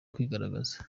kwigaragaza